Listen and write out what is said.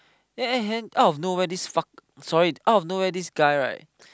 the at hand out of nowhere this fuck sorry out of nowhere this guy right